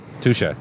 Touche